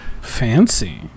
Fancy